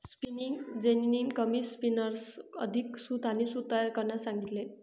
spinning जेनीने कमी स्पिनर्ससह अधिक सूत आणि सूत तयार करण्यास सांगितले